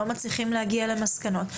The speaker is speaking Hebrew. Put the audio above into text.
לא מצליחים להגיע למסקנות.